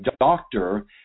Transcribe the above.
doctor